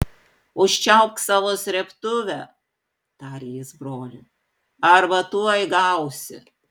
užčiaupk savo srėbtuvę tarė jis broliui arba tuoj gausi